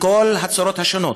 בכל הצורות השונות,